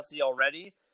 already